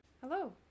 Hello